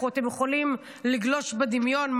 אתם יכולים לגלוש בדמיון,